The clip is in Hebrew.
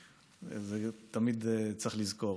תמיד צריך לזכור.